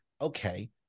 okay